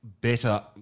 better